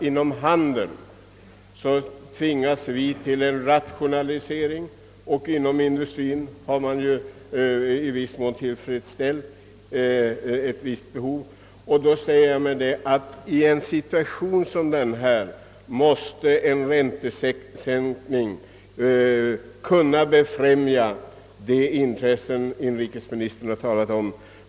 Inom handeln tvingas vi till en rationalisering, och för industriens del kommer vissa behov att tillfredsställas genom den föreslagna näringspolitiska fonden. I en sådan situation bör även en räntesänkning kunna främja de intressen som inrikesministern talat om.